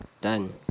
Done